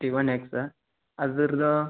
T one S ಅದ್ರದ್ದು